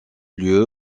lieu